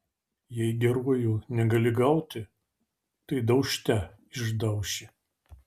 jei geruoju negali gauti tai daužte išdauši